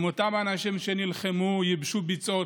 הם אותם אנשים שנלחמו, ייבשו ביצות